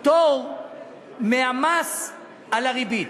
פטור מהמס על הריבית.